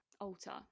alter